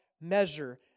measure